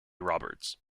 roberts